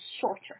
shorter